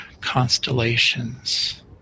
constellations